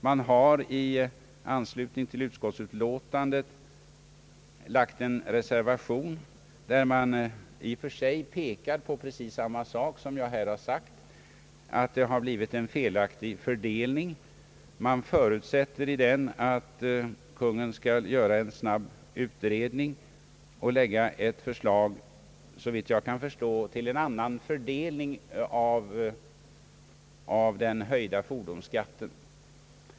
Man har i anslutning till utskottsutlåtandet avgivit en reservation, i vilken man i och för sig pekar på precis samma sak som jag här har tagit upp, nämligen att det har blivit en felaktig fördelning, men förutsätter att Kungl. Maj:t skall göra en snabbutredning och framlägga ett förslag, såvitt jag kan förstå, till en annan fördelning av den höjda fordonsskatten.